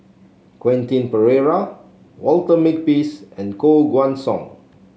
Quentin Pereira Walter Makepeace and Koh Guan Song